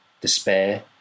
despair